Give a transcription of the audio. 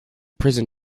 prison